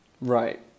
Right